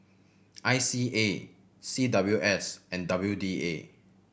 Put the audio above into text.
I C A C W S and W D A